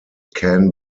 can